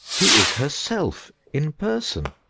who is herself in person.